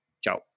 ciao